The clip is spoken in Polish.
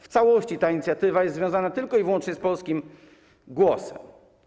W całości ta inicjatywa jest związana tylko i wyłącznie z polskim głosem.